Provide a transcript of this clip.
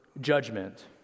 judgment